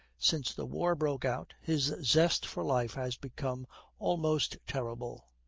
since the war broke out, his zest for life has become almost terrible.